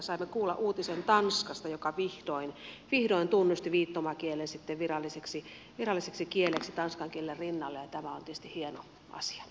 saimme kuulla uutisen tanskasta joka vihdoin tunnusti viittomakielen viralliseksi kieleksi tanskan kielen rinnalle ja tämä on tietysti hieno asia